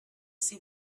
see